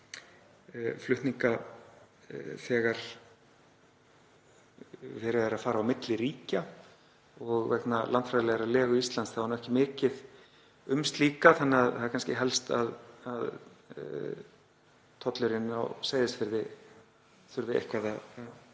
flutninga þegar verið er að fara á milli ríkja. Vegna landfræðilegrar legu Íslands er ekki mikið um slíka flutninga þannig að það er kannski helst að tollurinn á Seyðisfirði þurfi eitthvað að